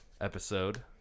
episode